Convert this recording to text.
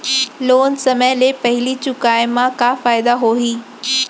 Loan समय ले पहिली चुकाए मा का फायदा होही?